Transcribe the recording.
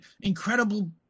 incredible –